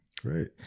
Great